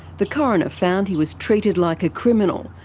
the coroner found he was treated like a criminal,